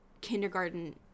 kindergarten